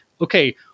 okay